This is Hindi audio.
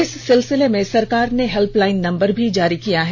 इस सिलसिले में सरकार ने हेल्पलाईन नम्बर भी जारी किये हैं